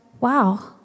wow